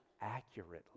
accurately